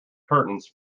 curtains